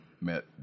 met